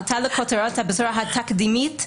עלתה לכותרות הבשורה התקדימית,